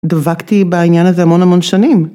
דבקתי בעניין הזה המון המון שנים.